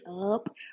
up